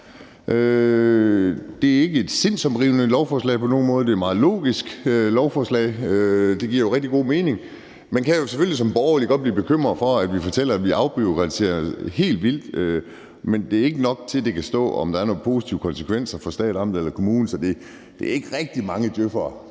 nogen måde et sindsoprivende lovforslag. Det er et meget logisk lovforslag. Det giver jo rigtig god mening. Man kan selvfølgelig som borgerlig godt blive bekymret over, at vi fortæller, at vi afbureaukratiserer helt vildt, men det er ikke nok til, at der kan stå noget om, om det har nogle positive konsekvenser for stat, region eller kommune. Så det er ikke rigtig mange djøf'ere,